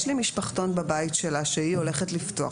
יש לי משפחתון בבית שלה שהיא הולכת לפתוח.